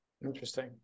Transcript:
Interesting